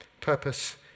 Purpose